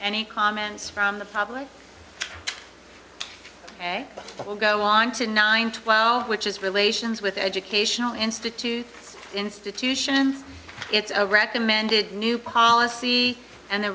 any comments from the public it will go on to nine twelve which is relations with educational institute institutions it's a recommended new policy and the